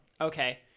Okay